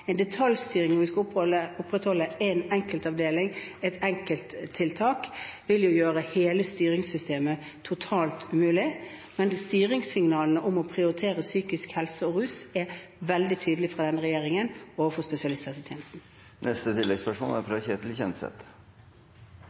En detaljstyring av om vi skal opprettholde en enkelt avdeling, et enkelttiltak, vil gjøre hele styringssystemet totalt umulig. Men styringssignalene om å prioritere psykisk helse og rus er veldig tydelige fra denne regjeringen overfor spesialisthelsetjenesten. Ketil Kjenseth – til oppfølgingsspørsmål. Venstre og